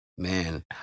Man